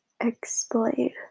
explain